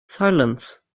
silence